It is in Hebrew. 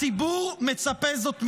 הציבור מצפה זאת מאיתנו.